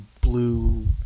blue